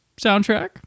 soundtrack